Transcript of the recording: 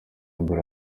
ebola